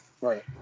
Right